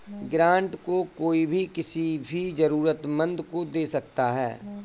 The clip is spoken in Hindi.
ग्रांट को कोई भी किसी भी जरूरतमन्द को दे सकता है